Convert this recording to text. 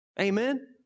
Amen